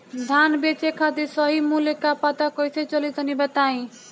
धान बेचे खातिर सही मूल्य का पता कैसे चली तनी बताई?